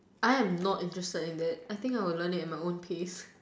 I am not interested in it I think I would learn it at my own pace